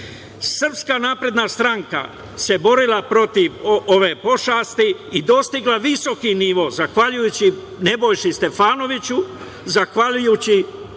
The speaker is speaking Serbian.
Srpska napredna stranka, se borila protiv ove pošasti i dostigla visoki nivo, zahvaljujući Nebojši Stefanoviću, zahvaljujući